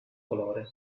colore